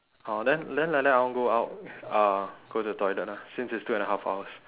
!huh! then then like that I want go out uh go to the toilet lah since it's two and a half hours